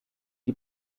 die